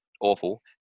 awful